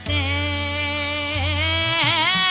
a